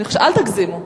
אל תגזימו.